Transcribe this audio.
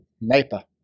Napa